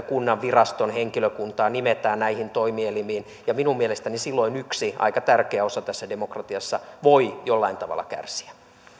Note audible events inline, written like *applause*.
*unintelligible* kunnanviraston henkilökuntaa nimetään näihin toimielimiin ja minun mielestäni silloin yksi aika tärkeä osa tässä demokratiassa voi jollain tavalla kärsiä